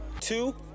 two